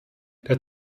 der